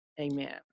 Amen